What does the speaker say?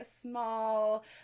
small